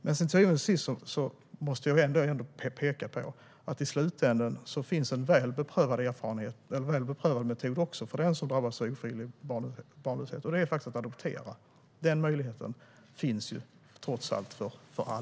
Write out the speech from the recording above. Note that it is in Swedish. Jag måste peka på att det i slutänden finns en väl beprövad metod för den som drabbas av ofrivillig barnlöshet, och det är att adoptera. Den möjligheten finns trots allt för alla.